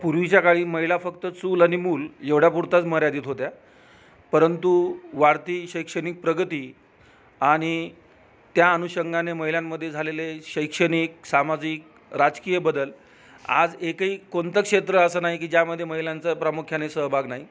पूर्वीच्या काळी महिला फक्त चूल आणि मूल एवढ्यापुरताच मर्यादित होत्या परंतु वाढती शैक्षणिक प्रगती आणि त्या अनुषंगाने महिलांमध्ये झालेले शैक्षणिक सामाजिक राजकीय बदल आज एकही कोणतं क्षेत्र असं नाही की ज्यामध्ये महिलांचा प्रामुख्याने सहभग नाही